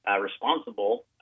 responsible